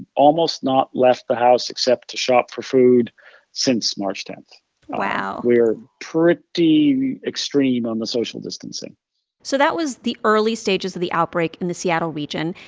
almost not left the house except to shop for food since march ten point wow we are pretty extreme on the social distancing so that was the early stages of the outbreak in the seattle region.